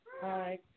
Hi